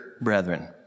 brethren